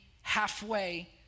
halfway